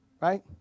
right